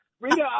Rita